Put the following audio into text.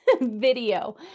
video